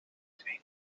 twee